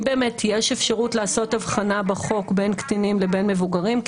האם יש אפשרות לעשות הבחנה בחוק בין קטינים לבין מבוגרים?